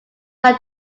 our